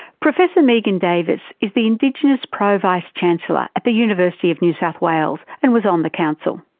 professor megan davis is the indigenous pro vice-chancellor at the university of new south wales, and was on the council.